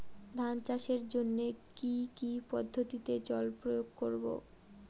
ধান চাষের জন্যে কি কী পদ্ধতিতে জল প্রয়োগ করব?